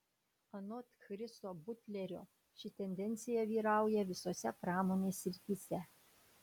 anot chriso butlerio ši tendencija vyrauja visose pramonės srityse